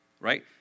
right